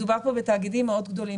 מדובר פה בתאגידים מאוד גדולים,